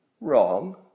Wrong